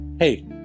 Hey